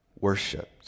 worshipped